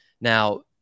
Now